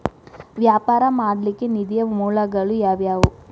ವ್ಯಾಪಾರ ಮಾಡ್ಲಿಕ್ಕೆ ನಿಧಿಯ ಮೂಲಗಳು ಯಾವ್ಯಾವು?